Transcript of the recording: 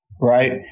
right